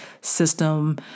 system